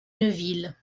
neuville